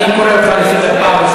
חבר הכנסת כהן,